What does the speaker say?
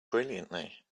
brilliantly